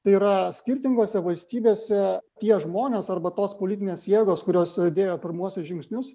tai yra skirtingose valstybėse tie žmonės arba tos politinės jėgos kurios dėjo pirmuosius žingsnius